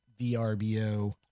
VRBO